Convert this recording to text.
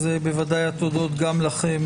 אז בוודאי התודות גם לכם,